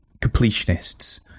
completionists